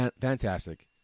fantastic